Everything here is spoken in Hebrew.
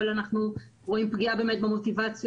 אבל אנחנו רואים פגיעה באמת במוטיבציה